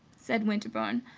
said winterbourne,